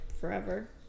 forever